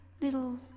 little